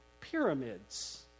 pyramids